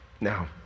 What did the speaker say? Now